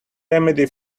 remedy